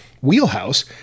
wheelhouse